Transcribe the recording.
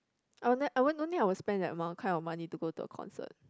I will never I won't don't think I will spend that amount kind of money to go to a concert